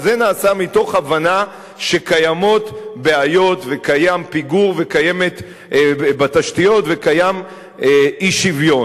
זה נעשה מתוך הבנה שקיימות בעיות וקיים פיגור בתשתיות וקיים אי-שוויון.